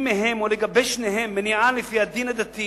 למי מהם או לגבי שניהם מניעה לפי הדין הדתי